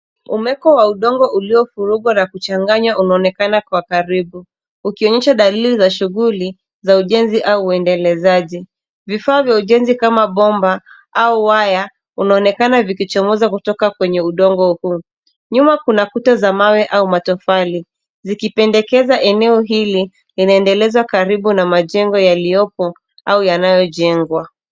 Umeko wa udongo uliovurugwa na kuchanganya unaonekana kwa karibu ukionyesha dalili za shughuli za ujenzi au uendelezaji. Vifaa vya ujenzi kama bomba au waya unaonekana vikichomoza kutoka kwenye udongo huku. Nyuma kuna kuta za mawe au matofali zikipendekeza. Eneo hili linaendelezwa karibu na majengo yaliyopo au yanayojengwa.